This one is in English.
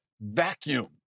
vacuum